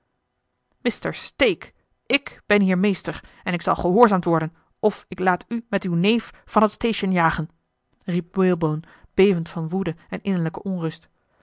mr stake ik ben hier meester en ik zal gehoorzaamd worden of ik laat u met uw neef van het station jagen riep walebone bevend van woede en innerlijke onrust